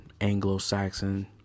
Anglo-Saxon